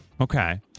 Okay